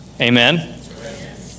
Amen